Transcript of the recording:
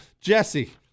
Jesse